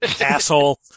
Asshole